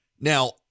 Now